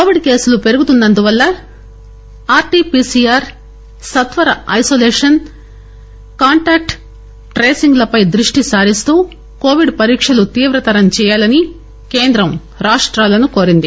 Covid కేసులు పెరుగుతున్నందు వల్ల R T P C R సత్వర ఐనోలేషన్ కాంటాక్ట్ ట్రేసింగ్ లపై దృష్టి సారిస్తూ కోవిడ్ పరీక్షలు తీవ్రతరం చేయాలని కేంద్రం రాష్టాలను కోరింది